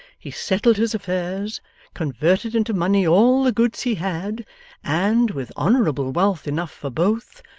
he settled his affairs converted into money all the goods he had and, with honourable wealth enough for both,